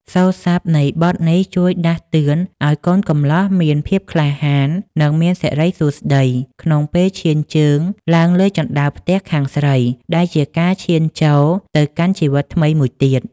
សូរស័ព្ទនៃបទនេះជួយដាស់តឿនឱ្យកូនកំលោះមានភាពក្លាហាន និងមានសិរីសួស្តីក្នុងពេលឈានជើងឡើងលើជណ្ដើរផ្ទះខាងស្រី ដែលជាការឈានចូលទៅកាន់ជីវិតថ្មីមួយទៀត។